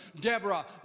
Deborah